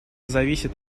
зависит